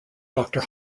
doctor